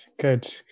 good